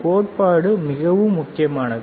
கோட்பாடு மிகவும் முக்கியமானது